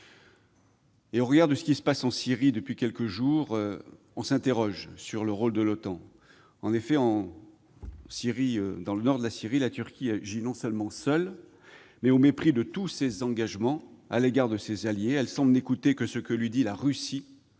Au regard de ce qui se passe en Syrie depuis quelques jours, on s'interroge sur le rôle de l'organisation. En effet, dans le nord de la Syrie, la Turquie agit non seulement seule, mais au mépris de tous ses engagements à l'égard de ses alliés. Elle semble n'écouter que ce que lui dit la Russie,